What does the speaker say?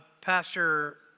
Pastor